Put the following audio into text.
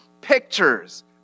pictures